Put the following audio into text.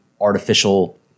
artificial